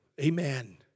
Amen